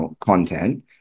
content